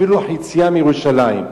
אפילו חצי מירושלים.